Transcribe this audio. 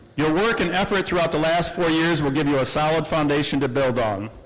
your work and effort throughout the last four years will give you a solid foundation to build on.